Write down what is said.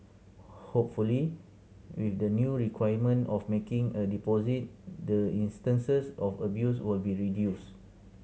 hopefully with the new requirement of making a deposit the instances of abuse will be reduced